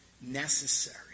necessary